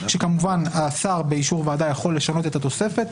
כשכמובן השר באישור ועדה יכול לשנות את התוספת.